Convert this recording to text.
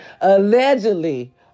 Allegedly